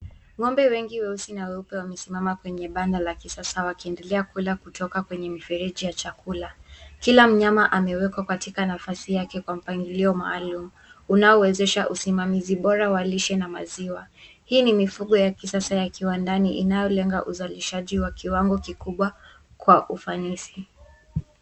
Ng'ombe wengi weusi na weupe wamesimama kwenye banda la kisasa wakiendelea kula kutoka kwenye mifereji ya chakula. Kila mnyama amewekwa katika nafasi yake kwa mpangilio maalumu, unaowezesha usimamizi bora wa lishe na maziwa. Hii ni mifugo ya kisasa ya kiwandani inayolenga uzalishaji ya kiwango kikubwa kwa ufanisi.